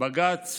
בג"ץ